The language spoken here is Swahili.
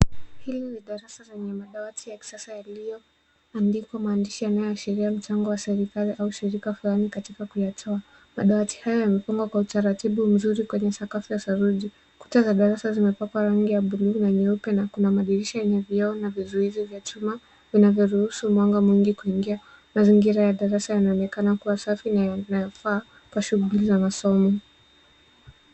Hili ni darasa zenye madawati ya kisasa yaliyoandikwa maandishi yanayoashiria mchango wa serikali au shirika fulani katika kuyatoa. Madawati haya yamepangwa kwa utaratibu mzuri kwenye sakafu ya saruji. Kuta za darasa zimepakwa rangi ya buluu na nyeupe na kuna madirisha yenye vioo na vizuizi vya chuma vinavyoruhusu mwanga mwingi kuingia. Mazingira ya darasa yanaonekana kuwa safi na yanayofaa kwa shughuli za masomo.